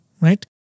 right